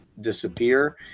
disappear